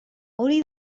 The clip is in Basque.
hori